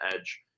edge